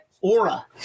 aura